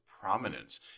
prominence